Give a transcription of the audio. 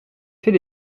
fait